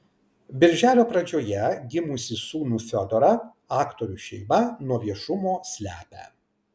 birželio pradžioje gimusį sūnų fiodorą aktorių šeima nuo viešumo slepia